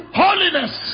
holiness